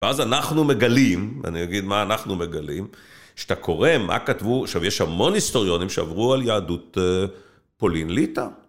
ואז אנחנו מגלים, אני אגיד מה אנחנו מגלים, שאתה קורא מה כתבו, עכשיו יש שם המון היסטוריונים שעברו על יהדות פולין ליטא.